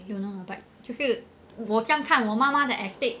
you know lah but 就是我看我妈妈的 estate